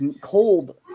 cold